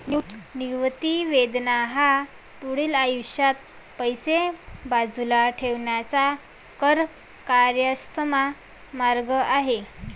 निवृत्ती वेतन हा पुढील आयुष्यात पैसे बाजूला ठेवण्याचा कर कार्यक्षम मार्ग आहे